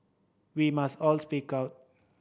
we must all speak out